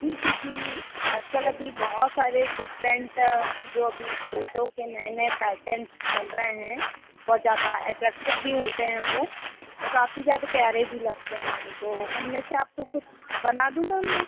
जी क्योंकि आज कल अभी बहुत सारे डिफ़रेन्ट जो अभी फ़ोटो के नए नए पैटन्स चल रहे हैं बहुत ज़्यादा ऐट्रैक्टिव भी होते हैं वो ओ काफ़ी ज़्यादा प्यारे भी लगते हैं तो उनमें से आपको कुछ बना दूँ मैम मैं